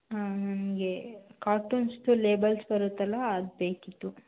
ಹಾಂ ನಮಗೆ ಕಾಟನ್ಸಿದ್ದು ಲೇಬಲ್ಸ್ ಬರುತ್ತಲ್ಲ ಅದು ಬೇಕಿತ್ತು